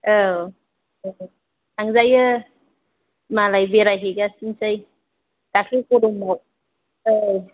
औ थांजायो मालाय बेरायहैगासिनोसै दाख्लि गरमाव औ